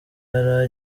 yari